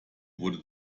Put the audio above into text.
wurde